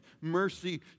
mercy